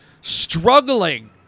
struggling